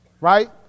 Right